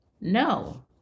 No